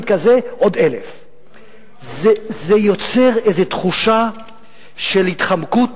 כזה עוד 1,000. זה יוצר איזו תחושה של התחמקות